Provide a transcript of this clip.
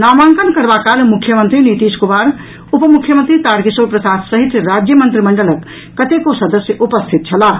नामांकन करबा काल मुख्यमंत्री नीतीश कुमार उप मुख्यमंत्री तारकिशोर प्रसाद सहित राज्य मंत्रिमंडलक कतको सदस्य उपस्थित छलाह